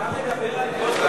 אתה מדבר,